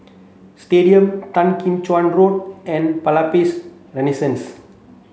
Stadium Tan Kim Cheng Road and Palais Renaissance